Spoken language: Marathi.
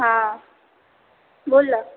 हां बोल ना